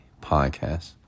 podcast